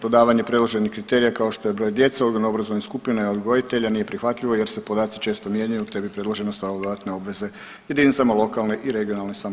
Dodavanje predloženih kriterija kao što je broj djece u odgojno obrazovne skupine i odgojitelje nije prihvatljivo jer se podaci često mijenjaju, te bi predloženo stvaralo dodatne obveze jedinicama lokalne i regionalne samouprave.